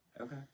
Okay